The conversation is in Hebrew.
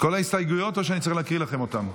כל ההסתייגויות, או שאני צריך להקריא לכם אותן?